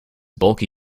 bulky